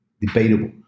debatable